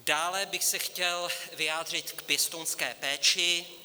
Dále bych se chtěl vyjádřit k pěstounské péči.